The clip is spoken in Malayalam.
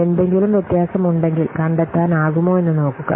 എന്തെങ്കിലും വ്യത്യാസമുണ്ടെങ്കിൽ കണ്ടെത്താനാകുമോ എന്ന് നോക്കുക